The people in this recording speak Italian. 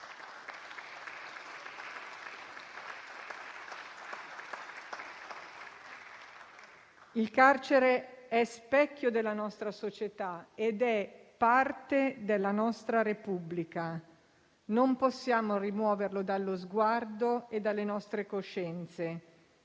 Il carcere è specchio della nostra società ed è parte della nostra Repubblica; non possiamo rimuoverlo dallo sguardo e dalle nostre coscienze.